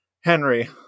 henry